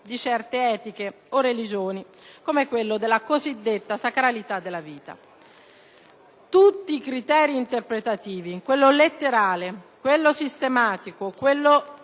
di certe etiche o religioni (come quello della cosiddetta sacralità della vita). Tutti i criteri interpretativi - quello letterale, quello sistematico, quello